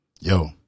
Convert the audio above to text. Yo